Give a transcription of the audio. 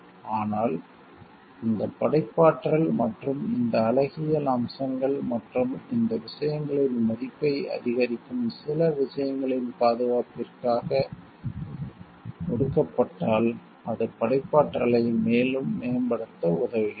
ஆனால் இந்த படைப்பாற்றல் மற்றும் இந்த அழகியல் அம்சங்கள் மற்றும் இந்த விஷயங்களின் மதிப்பை அதிகரிக்கும் சிறிய விஷயங்களின் பாதுகாப்பிற்காக கொடுக்கப்பட்டால் அது படைப்பாற்றலை மேலும் மேம்படுத்த உதவுகிறது